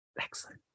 Excellent